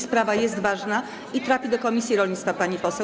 Sprawa jest ważna i trafi do komisji rolnictwa, pani poseł.